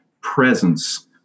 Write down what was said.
presence